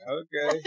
okay